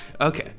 Okay